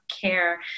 care